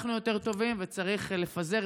אנחנו יותר טובים, וצריך לפזר.